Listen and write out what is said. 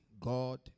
God